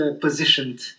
positioned